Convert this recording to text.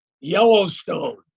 Yellowstone